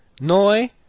Noi